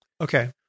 Okay